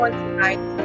tonight